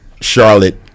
Charlotte